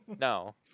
no